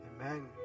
Amen